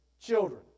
children